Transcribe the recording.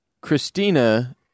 Christina